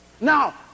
Now